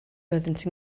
byddent